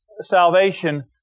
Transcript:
salvation